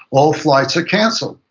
all flights are canceled.